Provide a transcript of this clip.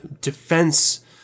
defense